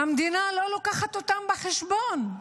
המדינה לא לוקחת אותם בחשבון.